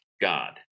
God